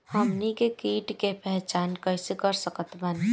हमनी के कीट के पहचान कइसे कर सकत बानी?